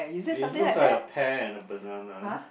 which looks like a pear and a banana